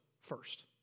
first